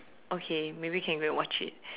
okay maybe can go and watch it